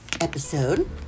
episode